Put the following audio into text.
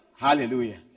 Hallelujah